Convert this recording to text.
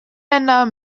länder